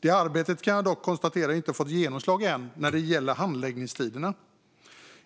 Jag kan dock konstatera att det arbetet inte fått genomslag än när det gäller handläggningstiderna.